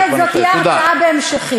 בהחלט, זאת תהיה הרצאה בהמשכים.